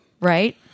right